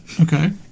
Okay